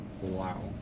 wow